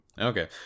Okay